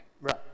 Right